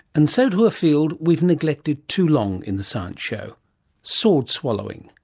and so to a field we've neglected too long in the science show sword swallowing.